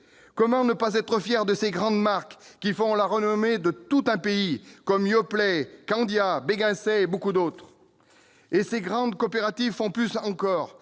Comment ne pas s'enorgueillir de ces grandes marques qui font la renommée de tout un pays, comme Yoplait, Candia, Béghin-Say et beaucoup d'autres ? Ces grandes coopératives font plus encore.